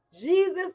Jesus